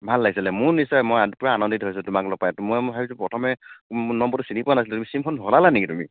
ভাল লাগিছিলে মোৰ নিশ্চয় মই পূৰা আনন্দিত হৈছোঁ তোমাক লগ পাই মই ভাবিছোঁ প্ৰথমে নম্বৰটো চিনি পোৱা নাছিলোঁ চিমখন সলালা নেকি তুমি